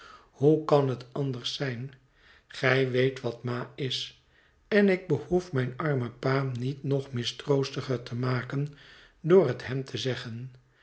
hoe kan het anders zijn gij weet wat ma is en ik behoef mijn armen pa niet nog mistroostiger te maken door het hem te zeggen